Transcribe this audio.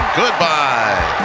goodbye